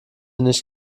nicht